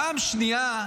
פעם שנייה,